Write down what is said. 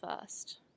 first